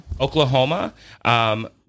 Oklahoma